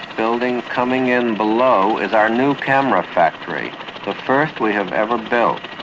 building coming in below is our new camera factory, the first we have ever built.